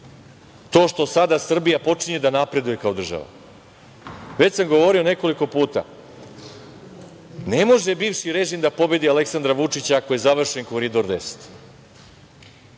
to što sada Srbija počinje da napreduje kao država. Već sam govorio nekoliko puta, ne može bivši režim da pobedi Aleksandra Vučića ako je završen Koridor 10.